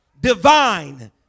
divine